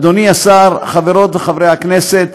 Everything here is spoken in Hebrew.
אדוני השר, חברות וחברי הכנסת,